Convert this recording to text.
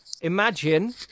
Imagine